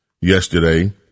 yesterday